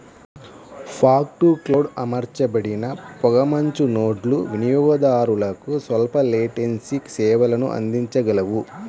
fog to cloud అమర్చబడిన పొగమంచు నోడ్లు వినియోగదారులకు స్వల్ప లేటెన్సీ సేవలను అందించగలవు